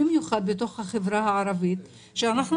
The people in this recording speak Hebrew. במיוחד בתוך החברה הערבית כשאנחנו